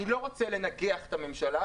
אני לא רוצה לנגח את הממשלה,